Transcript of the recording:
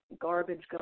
garbage